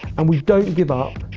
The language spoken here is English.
and we don't give up,